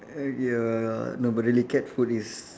err ya no but really cat food is